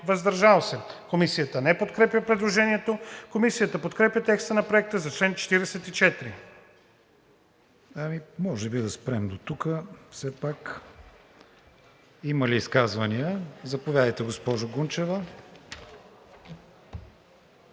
въздържал се.“ Комисията не подкрепя предложението. Комисията подкрепя текста на Проекта за чл. 44.